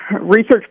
research